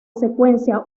secuencia